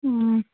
ꯎꯝ